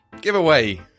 Giveaway